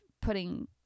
putting